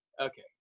okay